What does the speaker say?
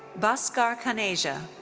bhaskar khaneja.